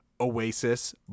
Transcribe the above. Oasis